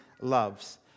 loves